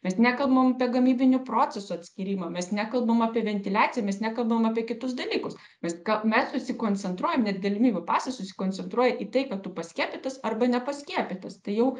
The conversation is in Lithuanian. mes nekalbam apie gamybinių procesų atskyrimą mes nekalbam apie ventiliaciją mes nekalbam apie kitus dalykus viską mes susikoncentruojam net galimybių pasas susikoncentruoja į tai kad tu paskiepytas arba nepaskiepytas tai jau